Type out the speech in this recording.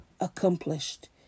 accomplished